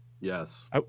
yes